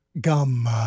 gum